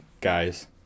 guys